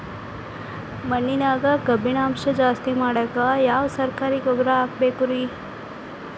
ಮಣ್ಣಿನ್ಯಾಗ ಕಬ್ಬಿಣಾಂಶ ಜಾಸ್ತಿ ಮಾಡಾಕ ಯಾವ ಸರಕಾರಿ ಗೊಬ್ಬರ ಹಾಕಬೇಕು ರಿ?